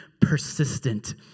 persistent